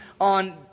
on